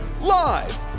Live